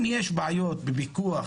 אם יש בעיות בפיקוח,